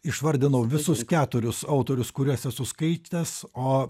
išvardinau visus keturis autorius kuriuos esu skaitęs o